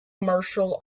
martial